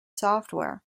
software